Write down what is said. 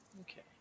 Okay